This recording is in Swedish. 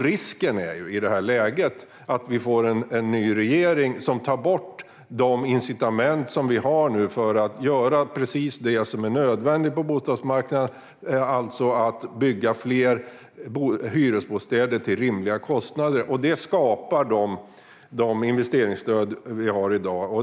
Risken i det här läget är att vi får en ny regering som tar bort de incitament som finns nu för att göra precis det som är nödvändigt på bostadsmarknaden, alltså att bygga fler hyresbostäder till rimliga kostnader. Detta skapar de investeringsstöd vi har i dag.